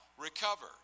recover